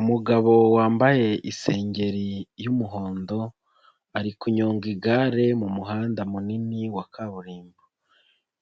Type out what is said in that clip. Umugabo wambaye isengeri y'umuhondo, ari kunyonga igare mu muhanda munini wa kaburimbo.